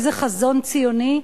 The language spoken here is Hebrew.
איזה חזון ציוני.